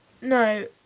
no